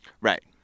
Right